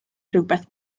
rhywbeth